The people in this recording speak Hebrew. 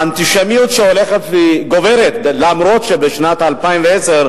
האנטישמיות הולכת וגוברת, אף-על-פי שבשנת 2010,